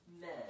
men